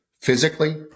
physically